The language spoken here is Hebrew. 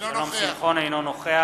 אינו נוכח